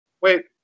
Wait